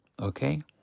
Okay